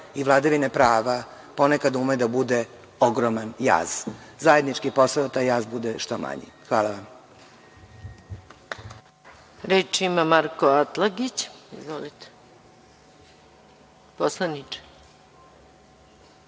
i vladavine prava ponekad ume da bude ogroman jaz. Zajednički je posao da taj jaz bude što manji. Hvala.